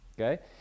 Okay